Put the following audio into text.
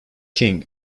king